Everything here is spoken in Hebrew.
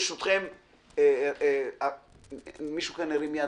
ראיתי שמישהו כאן הרים יד.